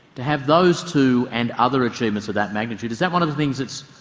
to have those two and other achievements of that magnitude, is that one of the things that's.